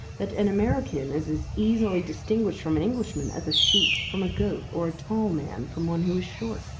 that an american is as easily distinguished from an englishman, as a sheep from a goat or a tall man from one who is short.